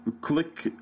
click